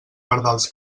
pardals